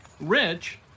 Rich